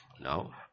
Now